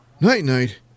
Night-Night